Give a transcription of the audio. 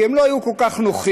כי הם לא היו כל כך נוחים.